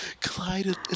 Clyde